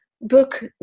book